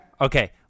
Okay